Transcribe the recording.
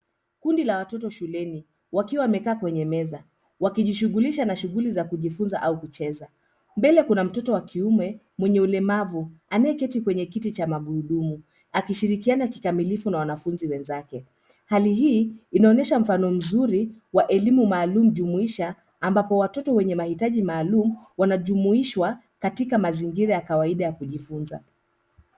Kundi la watoto shuleni wakiwa wamekaa kwenye meza wakijishughulisha na shughuli za kujifunza au kucheza. Mbele kuna mtoto wa kiume mwenye ulemavu anayeketi kwenye kiti cha magurudumu akishirikiana kikamilifu na wanafunzi wenzake. Hali hii inaonyesha mfano mzuri wa elimu maalumu jumuisha ambapo watoto wenye mahitaji maalumu wanajumuishwa katika mazingira ya kawaida ya kujifunza.